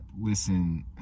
Listen